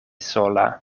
sola